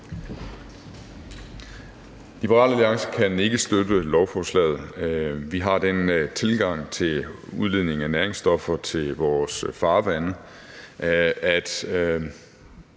Liberal Alliance kan ikke støtte lovforslaget. Vi har den tilgang til udledning af næringsstoffer til vores farvande,